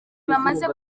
bamaze